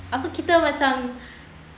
apa kita macam